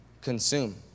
consume